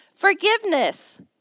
Forgiveness